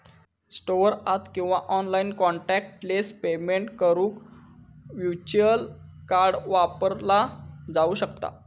store यात किंवा online contactless payment करुक व्हर्च्युअल कार्ड वापरला जाऊ शकता